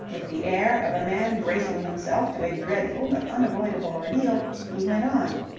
with the air of a man bracing himself to a dreadful, but unavoidable, ordeal, he went on.